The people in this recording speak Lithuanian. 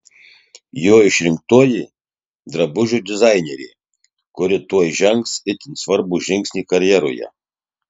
jo išrinktoji drabužių dizainerė kuri tuoj žengs itin svarbų žingsnį karjeroje